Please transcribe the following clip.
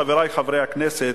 חברי חברי הכנסת,